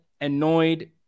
annoyed